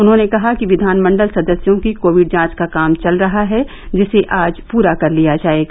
उन्होंने कहा कि विधानमण्डल सदस्यों की कोविड जांच का काम चल रहा है जिसे आज पूरा कर लिया जायेगा